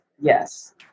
Yes